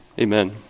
amen